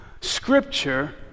scripture